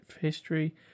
history